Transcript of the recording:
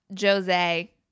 Jose